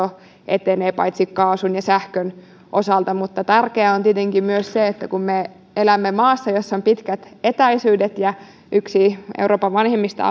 etenee kaasun ja sähkön osalta mutta tärkeää on tietenkin myös se että kun me elämme maassa jossa on pitkät etäisyydet ja yksi euroopan vanhimmista